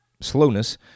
slowness